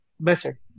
better